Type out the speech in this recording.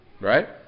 right